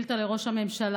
שאילתה לראש הממשלה.